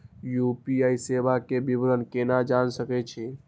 UPI सेवा के विवरण केना जान सके छी?